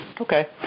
Okay